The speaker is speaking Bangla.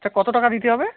স্যার কত টাকা দিতে হবে